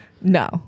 no